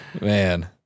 man